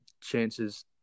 chances